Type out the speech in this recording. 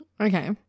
Okay